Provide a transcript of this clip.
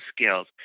skills